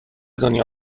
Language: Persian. دنیا